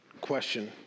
question